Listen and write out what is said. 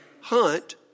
Hunt